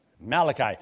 Malachi